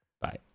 Bye